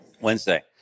Wednesday